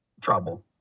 trouble